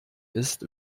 ist